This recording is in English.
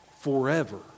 forever